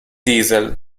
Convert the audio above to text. diesel